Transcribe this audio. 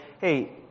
hey